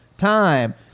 time